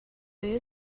you